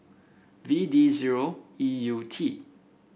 V D zero E U T